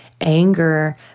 anger